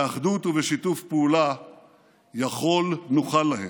באחדות ובשיתוף פעולה יכול נוכל להם.